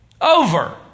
Over